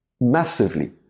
massively